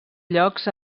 llocs